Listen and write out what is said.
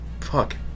Fuck